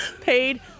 paid